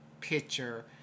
picture